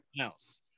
else